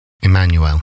Emmanuel